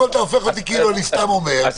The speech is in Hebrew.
אתה הופך אותי כאילו אני סתם אומר.